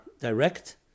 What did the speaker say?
direct